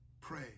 pray